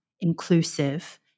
inclusive